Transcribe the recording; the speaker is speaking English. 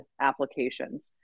applications